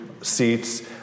seats